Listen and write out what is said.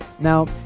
Now